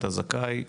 אתה זכאי.